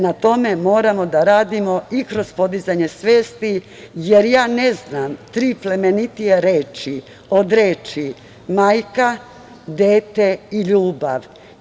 Na tome moramo da radimo i kroz podizanje svesti, jer ja ne znam tri plemenitije reči od reči – majka, dete i ljubav.